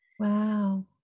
Wow